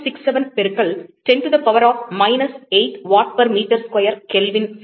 67 பெருங்கல் 10 to the power of minus 8 watt per metre square kelvin 4